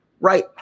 Right